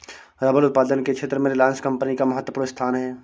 rubber उत्पादन के क्षेत्र में रिलायंस कम्पनी का महत्त्वपूर्ण स्थान है